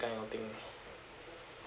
kind of thing